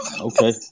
Okay